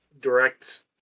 direct